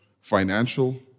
financial